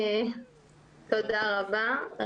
תודה רבה.